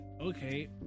okay